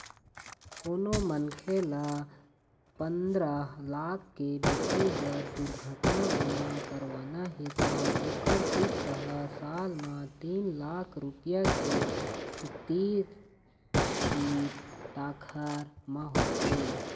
कोनो मनखे ल पंदरा लाख के ब्यक्तिगत दुरघटना बीमा करवाना हे त ओखर किस्त ह साल म तीन लाख रूपिया के तीर तखार म होथे